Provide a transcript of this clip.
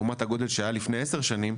לעומת הגודל שהיה לפני 10 שנים,